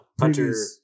Hunter